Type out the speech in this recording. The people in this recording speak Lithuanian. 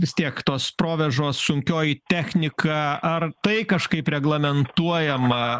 vis tiek tos provėžos sunkioji technika ar tai kažkaip reglamentuojama